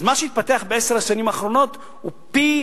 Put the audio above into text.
אז מה שהתפתח בעשר השנים האחרונות הוא פי